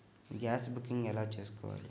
Gas booking ఎలా చేసుకోవాలి?